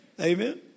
Amen